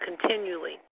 continually